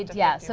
yeah, so